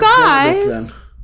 guys